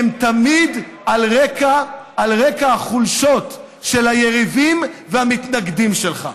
הן תמיד על רקע החולשות של היריבים והמתנגדים שלך.